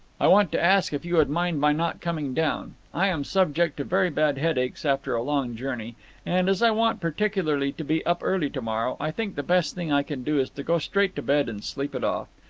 i want to ask if you would mind my not coming down? i am subject to very bad headaches after a long journey and, as i want particularly to be up early to-morrow, i think the best thing i can do is to go straight to bed and sleep it off.